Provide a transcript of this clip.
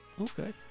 Okay